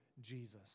Jesus